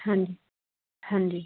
ਹਾਂਜੀ ਹਾਂਜੀ